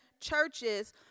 churches